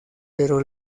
pero